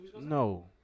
No